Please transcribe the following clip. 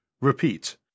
Repeat